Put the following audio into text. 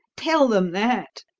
tell them that.